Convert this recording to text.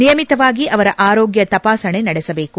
ನಿಯಮಿತವಾಗಿ ಅವರ ಆರೋಗ್ಯ ತಪಾಸಣೆ ನಡೆಸಬೇಕು